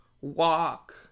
walk